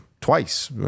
twice